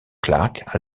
clark